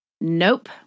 Nope